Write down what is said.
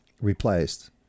replaced